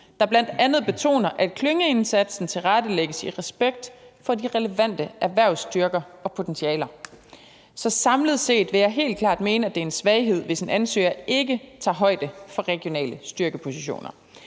der bl.a. betoner, at klyngeindsatsen tilrettelægges i respekt for de relevante erhvervsstyrker og -potentialer. Så samlet set vil jeg helt klart mene, at det er en svaghed, hvis en ansøger ikke tager højde for regionale styrkepositioner.